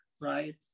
right